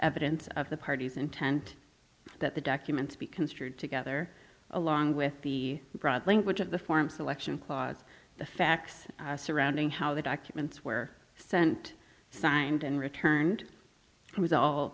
evidence of the party's intent that the documents be construed together along with the broad language of the form selection clause the facts surrounding how the documents were sent signed and returned it was all